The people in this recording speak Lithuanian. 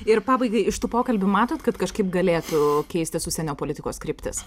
ir pabaigai iš tų pokalbių matot kad kažkaip galėtų keistis užsienio politikos kryptis